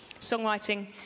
songwriting